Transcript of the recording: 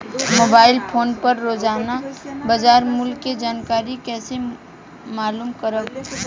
Mobile phone पर रोजाना बाजार मूल्य के जानकारी कइसे मालूम करब?